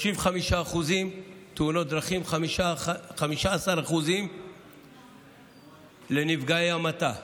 35% תאונות דרכים ו-15% לנפגעי המתה.